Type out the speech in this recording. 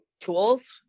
tools